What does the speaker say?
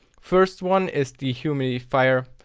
first one is dehumidifier.